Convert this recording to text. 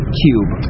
cube